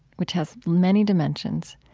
which has many dimensions,